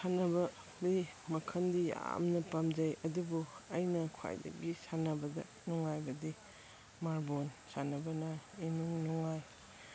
ꯁꯥꯟꯅꯕꯗꯤ ꯃꯈꯟꯗꯤ ꯌꯥꯝꯅ ꯄꯥꯝꯖꯩ ꯑꯗꯨꯕꯨ ꯑꯩꯅ ꯈ꯭ꯋꯥꯏꯗꯒꯤ ꯁꯥꯟꯅꯕꯗ ꯅꯨꯡꯉꯥꯏꯕꯗꯤ ꯃꯥꯔꯕꯣꯜ ꯁꯥꯟꯅꯕꯅ ꯏꯅꯨꯡ ꯅꯨꯡꯉꯥꯏ